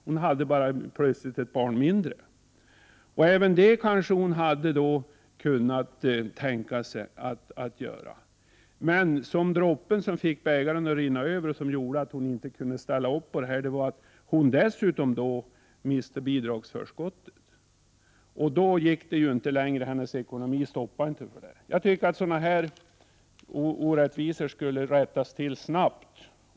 Plötsligt hade hon ett barn mindre, men även detta kunde hon tänka sig att gå med på. Men droppen som fick bägaren att rinna över och som gjorde att hon inte kunde genomföra detta var att hon dessutom gick miste om bidragsförskottet. Då gick det inte längre. Hennes ekonomi stoppade inte. Jag tycker att sådana här orättvisor borde rättas till snabbt.